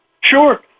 Sure